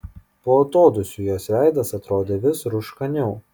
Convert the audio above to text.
po atodūsių jos veidas atrodė vis rūškaniau